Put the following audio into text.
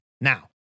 Now